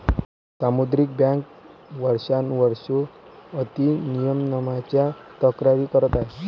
सामुदायिक बँका वर्षानुवर्षे अति नियमनाच्या तक्रारी करत आहेत